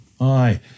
Aye